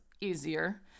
easier